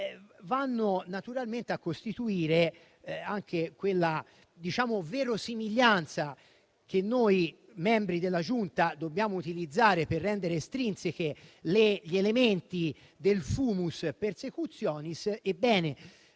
vanno a costituire anche quella verosimiglianza che noi, membri della Giunta, dobbiamo utilizzare per rendere estrinseci gli elementi del *fumus persecutionis*.